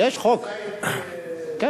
יש חוק, אני